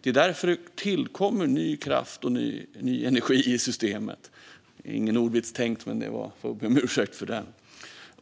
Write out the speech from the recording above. Det är därför det tillkommer ny kraft och ny energi i systemet - ingen ordvits tänkt, jag får be om ursäkt för den.